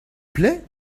plait